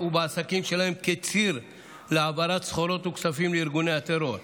ובעסקים שלהם כציר להעברת סחורות וכספים לארגוני הטרור,